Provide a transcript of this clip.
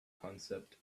concept